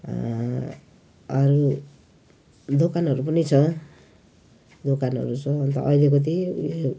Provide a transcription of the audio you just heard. अरू दोकानहरू पनि छ दोकानहरू छ अन्त अहिलेको त्यही उयो